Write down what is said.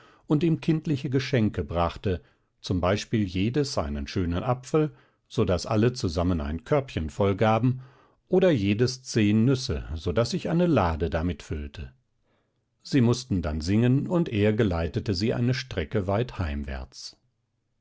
und ihm kindliche geschenke brachte z b jedes einen schönen apfel so daß alle zusammen ein körbchen voll gaben oder jedes zehn nüsse so daß sich eine lade damit füllte sie mußten dann singen und er geleitete sie eine strecke weit heimwärts